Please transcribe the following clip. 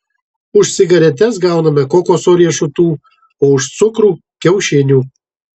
už cigaretes gauname kokoso riešutų o už cukrų kiaušinių